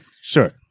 Sure